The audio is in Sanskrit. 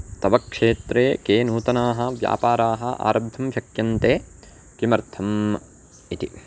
तव क्षेत्रे के नूतनाः व्यापाराः आरब्धुं शक्यन्ते किमर्थम् इति